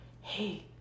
hey